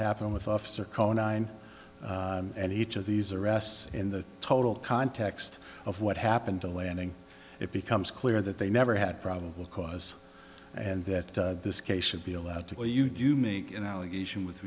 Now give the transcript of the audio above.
happened with officer calling nine and each of these arrests in the total context of what happened to landing it becomes clear that they never had probable cause and that this case should be allowed to go you do make an allegation with